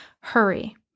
hurry